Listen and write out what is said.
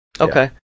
Okay